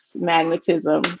magnetism